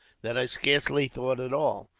that i scarcely thought at all.